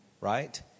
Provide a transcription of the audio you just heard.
right